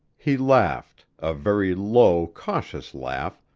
he laughed, a very low, cautious laugh,